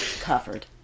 covered